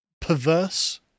perverse